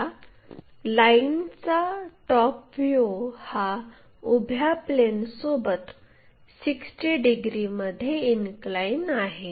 आता लाईनचा top view हा उभ्या प्लेनसोबत 60 डिग्रीमध्ये इनक्लाइन आहे